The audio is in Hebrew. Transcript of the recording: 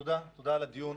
ותודה על הדיון.